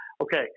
okay